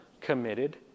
committed